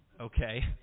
Okay